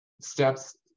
steps